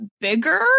bigger